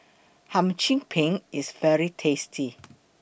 Hum Chim Peng IS very tasty